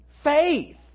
Faith